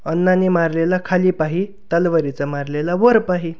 अन्नानी मारलेला खाली पाही तलवारीचा मारलेला वर पाही